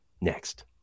next